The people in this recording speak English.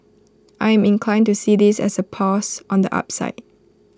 I'm inclined to see this as A pause on the upside